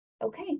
okay